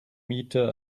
meter